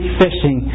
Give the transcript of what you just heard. fishing